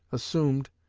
assumed,